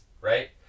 right